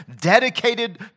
dedicated